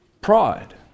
pride